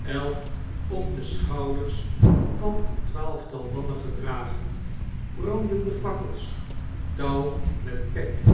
elk op de schouders van een twaalftal mannen gedragen brandende fakkels touw met pek